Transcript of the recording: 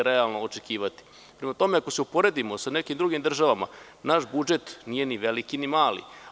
Prema tome, ako se uporedimo sa nekim drugim državama, naš budžet nije ni veliki ni mali.